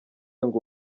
ngo